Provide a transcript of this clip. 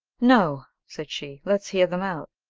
no, said she let's hear them out.